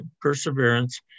perseverance